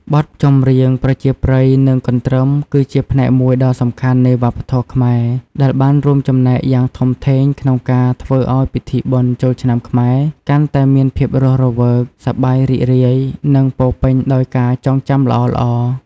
បទចម្រៀងប្រជាប្រិយ និងកន្ទ្រឹម គឺជាផ្នែកមួយដ៏សំខាន់នៃវប្បធម៌ខ្មែរ ដែលបានរួមចំណែកយ៉ាងធំធេងក្នុងការធ្វើឱ្យពិធីបុណ្យចូលឆ្នាំខ្មែរកាន់តែមានភាពរស់រវើក សប្បាយរីករាយ និងពោរពេញដោយការចងចាំល្អៗ។